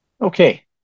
Okay